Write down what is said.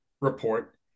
report